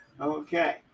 okay